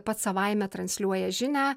pats savaime transliuoja žinią